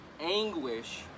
anguish